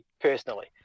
personally